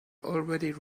already